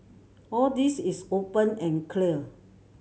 all this is open and clear